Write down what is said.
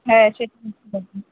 হ্যাঁ সেটাই